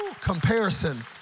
comparison